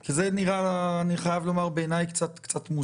כי אני חייב לומר שבעיני זה נראה קצת מוזר.